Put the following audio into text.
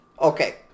Okay